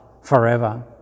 forever